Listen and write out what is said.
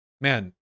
Man